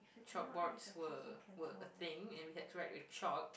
chalk boards were were a thing and we had to write with chalk